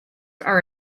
are